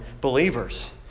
believers